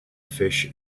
fish